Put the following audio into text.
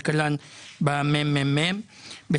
כלכלן במרכז המחקר והמידע.